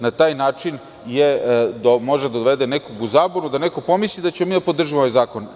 Na taj način može da dovede nekoga u zabunu, da neko pomisli da ćemo mi da podržimo ovaj zakon.